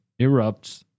erupts